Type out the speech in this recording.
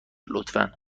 لطفا